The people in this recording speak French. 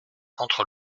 contre